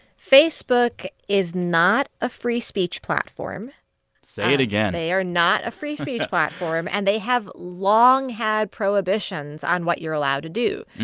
facebook is not a free speech platform say it again they are not a free speech platform. and they have long had prohibitions on what you're allowed to do.